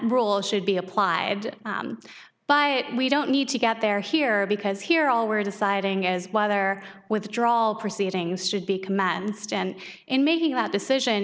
rule should be applied by we don't need to get there here because here all we're deciding is whether withdrawal proceedings should be commenced and in making that decision